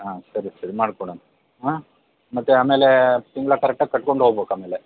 ಹಾಂ ಸರಿ ಸರಿ ಮಾಡಿಕೊಡೋಣ ಹಾಂ ಮತ್ತೆ ಆಮೇಲೆ ತಿಂಗಳು ಕರೆಕ್ಟಾಗಿ ಕಟ್ಕೊಂಡು ಹೋಗಬೇಕು ಆಮೇಲೆ